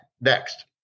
next